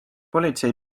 politsei